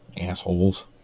assholes